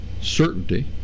certainty